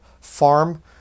farm